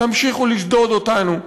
תמשיכו לשדוד אותנו,